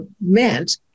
meant